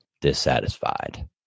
dissatisfied